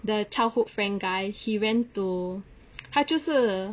the childhood friend guy he went to 他就是